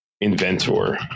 inventor